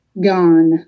gone